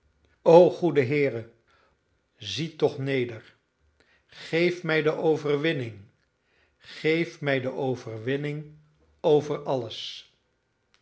o goede heere zie toch neder geef mij de overwinning geef mij de overwinning over alles